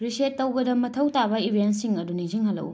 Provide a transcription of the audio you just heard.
reset ꯇꯧꯕꯗ ꯃꯊꯧ ꯇꯥꯕ ꯏꯚꯦꯟꯁꯤꯡ ꯑꯗꯨ ꯅꯤꯡꯁꯤꯡꯍꯜꯂꯛꯎ